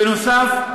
בנוסף,